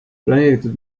planeeritud